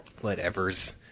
whatever's